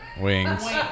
wings